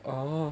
oh